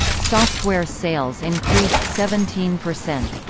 software sales increased seventeen percent.